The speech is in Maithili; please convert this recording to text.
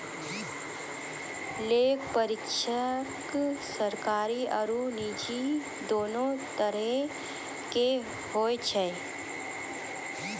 लेखा परीक्षक सरकारी आरु निजी दोनो तरहो के होय छै